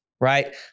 right